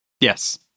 Yes